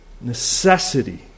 necessity